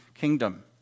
Kingdom